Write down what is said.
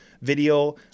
video